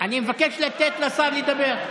אני מבקש לתת לשר לדבר.